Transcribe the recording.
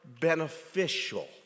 beneficial